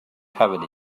covered